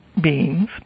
beings